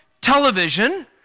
television